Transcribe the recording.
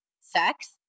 sex